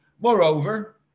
Moreover